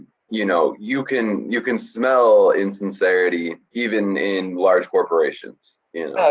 you know, you can, you can smell insincerity, even in large corporations.